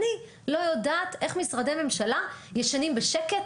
אני לא יודעת איך משרדי ממשלה ישנים בשקט,